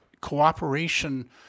cooperation